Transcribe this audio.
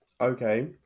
okay